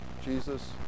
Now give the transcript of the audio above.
Jesus